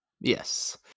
Yes